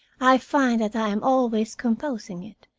i find that i am always composing it,